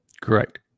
Correct